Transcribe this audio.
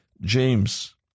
James